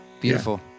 beautiful